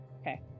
Okay